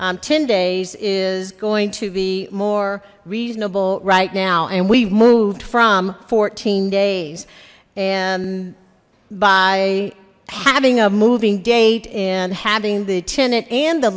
ten days is going to be more reasonable right now and we've moved from fourteen days and by having a moving date and having the tenant and the